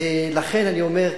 לכן אני אומר,